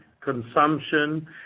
consumption